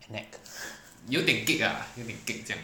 neck